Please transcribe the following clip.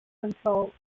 control